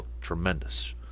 tremendous